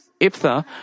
Iptha